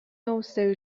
also